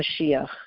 Mashiach